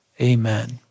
amen